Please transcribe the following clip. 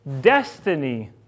destiny